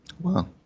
Wow